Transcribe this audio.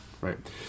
right